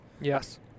Yes